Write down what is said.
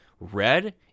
red